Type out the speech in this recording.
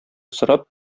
сорап